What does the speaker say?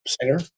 singer